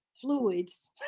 fluids